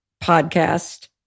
podcast